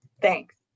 Thanks